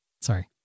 Sorry